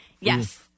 Yes